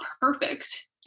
perfect